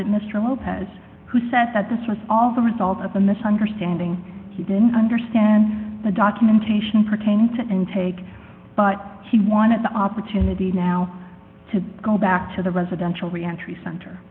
that mr lopez who said that this was all the result of a misunderstanding he didn't understand the documentation pertaining to and take but he wanted the opportunity now to go back to the residential reentr